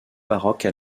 baroque